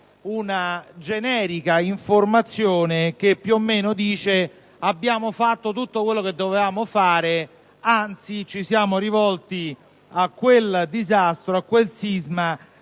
una generica informazione che più o meno dice: abbiamo fatto tutto quello che dovevamo fare, anzi ci siamo rivolti a quel disastro, a quel sisma